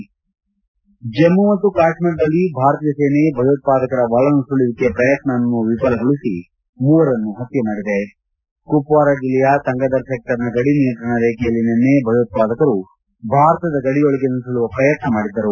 head Jammu ಮತ್ತು ಕಾಶ್ಮೀರದಲ್ಲಿ ಭಾರತೀಯ ಸೇನೆ ಭಯೋತ್ವಾದಕರ ಒಳನುಸುಳುವಿಕೆ ಪ್ರಯತ್ನವನ್ನು ವಿಫಲಗೊಳಿಸಿ ಮೂವರನ್ನು ಪತ್ನೆ ಮಾಡಿದೆ ಕುಪ್ವಾರಾ ಜಿಲ್ಲೆಯ ತಂಗಧರ್ ಸೆಕ್ಷರ್ನ ಗಡಿ ನಿಯಂತ್ರಣ ರೇಖೆಯಲ್ಲಿ ನಿನ್ನೆ ಭಯೋತ್ಪಾದಕರು ಭಾರತದ ಗಡಿಯೊಳಗೆ ನುಸುಳುವ ಪ್ರಯತ್ನ ಮಾಡಿದ್ದರು